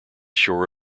shore